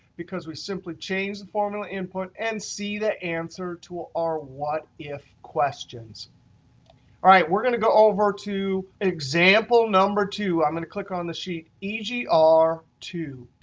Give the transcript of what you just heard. because we simply change the formula input and see the answer to ah our what if questions. all right, we're going to go over to example number two. i'm going to click on the sheet e g r two.